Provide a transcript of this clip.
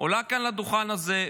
עולה כאן לדוכן הזה,